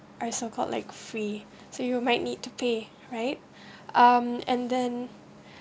I so called like free so you might need to pay right um and then